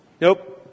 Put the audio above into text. Nope